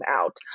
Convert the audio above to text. out